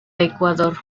ecuador